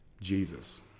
Jesus